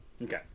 Okay